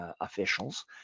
officials